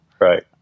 right